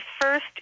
first